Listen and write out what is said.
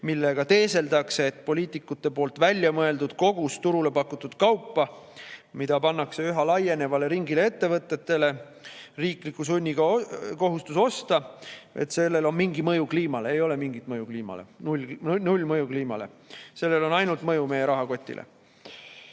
millega teeseldakse, et poliitikute poolt väljamõeldud kogus turule pakutud kaupa, mille puhul pannakse üha laienevale ringile ettevõtetele riikliku sunniga kohustus seda osta, et sellel on mingi mõju kliimale. Ei ole mingit mõju kliimale, null mõju kliimale, sellel on ainult mõju meie rahakotile.